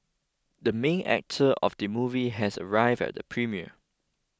the main actor of the movie has arrived at the premiere